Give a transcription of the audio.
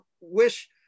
wish